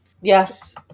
Yes